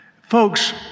Folks